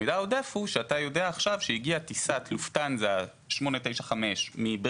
המידע העודף הוא שאתה יודע שהגיעה טיסת לופטהנזה 895 מברלין,